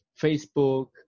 Facebook